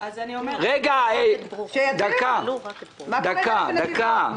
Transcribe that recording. שיתחילו, מה קורה בנתיבות?